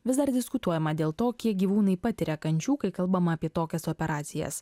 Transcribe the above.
vis dar diskutuojama dėl to kiek gyvūnai patiria kančių kai kalbama apie tokias operacijas